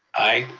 aye.